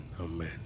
Amen